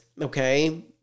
okay